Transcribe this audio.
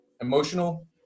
emotional